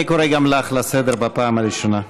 אני קורא גם אותך לסדר פעם ראשונה.